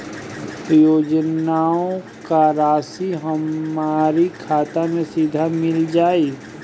योजनाओं का राशि हमारी खाता मे सीधा मिल जाई?